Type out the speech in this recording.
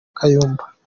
kayumba